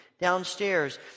downstairs